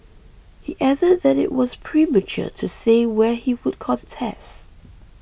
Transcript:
he added that it was premature to say where he would contest